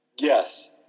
Yes